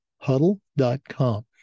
huddle.com